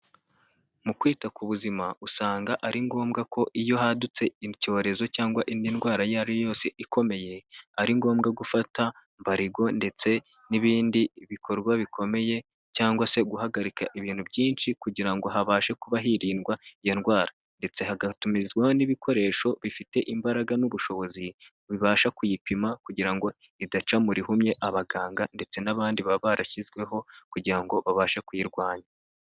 Mu kwita ku buzima usanga ari ngombwa ko iyo hadutse icyorezo cyangwa indi ndwara iyo ariyo yose ikomeye, ari ngombwa gufata mbarigo ndetse n'ibindi bikorwa bikomeye cyangwa se guhagarika ibintu byinshi kugira ngo habashe kuba hirindwa iyo ndwara ndetse hagatumizwaho n'ibikoresho bifite imbaraga n'ubushobozi, bibasha kuyipima kugira ngo idaca mu rihumye abaganga ndetse n'abandi baba barashyizweho kugira ngo babashe kuyirwanya.